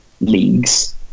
leagues